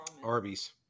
Arby's